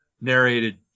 narrated